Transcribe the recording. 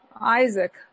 Isaac